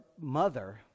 mother